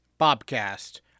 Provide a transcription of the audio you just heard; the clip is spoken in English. Bobcast